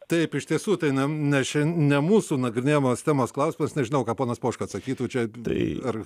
taip iš tiesų tai einame nes čia ne mūsų nagrinėjamos temos klausimas nežinau ką ponas poška atsakytų čia tai ar